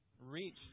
reach